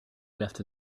left